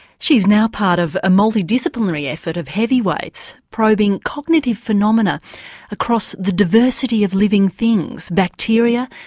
she's now part of a multi-disciplinary effort of heavyweights probing cognitive phenomena across the diversity of living things bacteria,